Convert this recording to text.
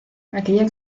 aquella